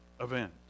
event